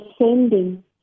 ascending